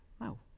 No